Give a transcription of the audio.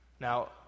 now